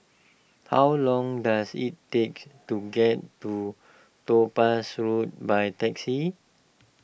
how long does it takes to get to Topaz Road by taxi